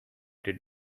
did